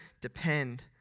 depend